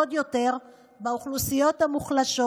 ועוד יותר באוכלוסיות המוחלשות.